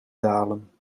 dalen